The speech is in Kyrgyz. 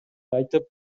айтып